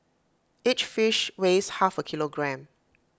each fish weighs half A kilogram